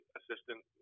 assistant